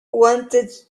wanted